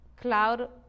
cloud